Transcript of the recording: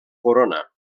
corona